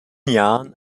jahren